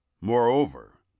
Moreover